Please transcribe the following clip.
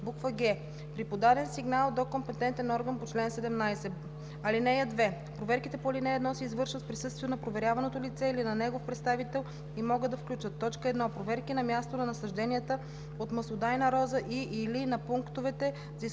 г) при подаден сигнал до компетентен орган по чл. 17. (2) Проверките по ал. 1 се извършват в присъствието на проверяваното лице или на негов представител и могат да включват: 1. проверки на място на насажденията от маслодайна роза и/или на пунктовете за изкупуване